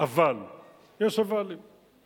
אבל יש "אבלים";